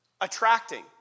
attracting